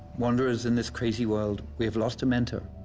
wanderers in this crazy world, we have lost a mentor,